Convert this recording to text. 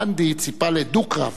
גנדי ציפה לדו-קרב,